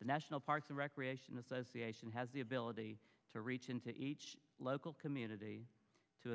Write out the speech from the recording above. the national parks and recreation association has the ability to reach into each local community to